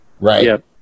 Right